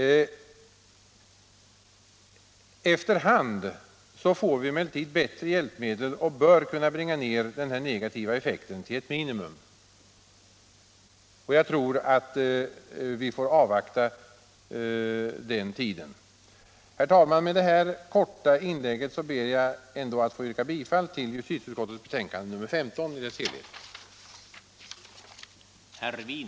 Efter hand får vi emellertid bättre hjälpmedel och bör kunna bringa ned den här negativa effekten till ett minimum, och jag tror att vi får avvakta den tiden. Herr talman! Med detta korta inlägg ber jag att få yrka bifall till utskottets hemställan.